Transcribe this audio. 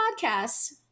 podcasts